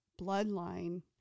bloodline